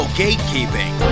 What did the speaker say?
gatekeeping